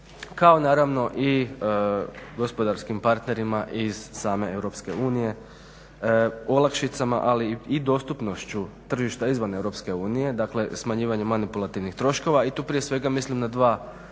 Kao naravno i gospodarskim parterima iz same EU olakšicama ali i dostupnošću tržišta izvan EU, dakle smanjivanje manipulativnih troškova i tu prije svega mislim na dva tržišta,